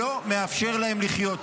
שלא מאפשר להם לחיות.